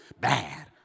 bad